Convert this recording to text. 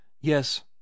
Yes